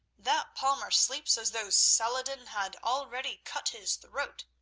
that palmer sleeps as though saladin had already cut his throat.